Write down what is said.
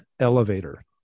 Elevator